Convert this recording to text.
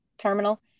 terminal